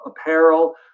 apparel